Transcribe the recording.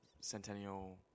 Centennial